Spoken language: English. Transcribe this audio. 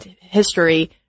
history